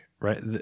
right